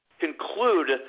conclude